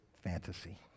fantasy